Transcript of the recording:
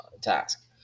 task